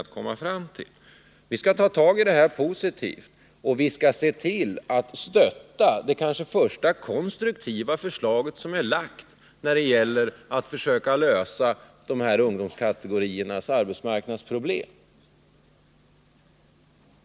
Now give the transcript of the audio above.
Vi skall alltså se positivt på detta intresse från företagen och stötta det kanske första konstruktiva förslag som är framlagt när det gäller att försöka lösa dessa ungdomskategoriers arbetsmarknadsproblem.